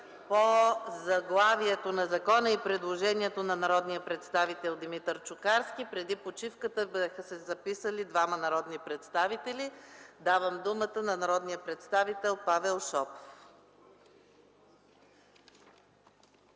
– заглавието на закона и предложението на народния представител Димитър Чукарски. Преди почивката са се записали двама народни представители. Давам думата на народния представител Павел Шопов.